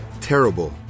Terrible